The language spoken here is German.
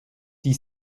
die